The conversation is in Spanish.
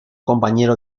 compañero